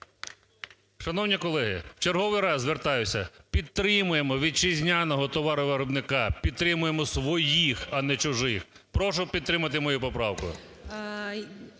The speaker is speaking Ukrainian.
Шановні колеги, в черговий раз звертаюся: підтримаємо вітчизняного товаровиробника, підтримаємо своїх, а не чужих. Прошу підтримати мою поправку.